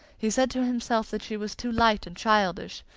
he said to himself that she was too light and childish,